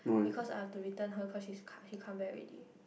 because I've to return her cause she's she come back ready